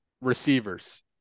receivers